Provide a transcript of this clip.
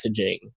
messaging